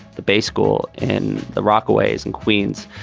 the base school in the rockaways in queens.